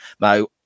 Now